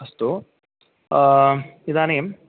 अस्तु इदानीम्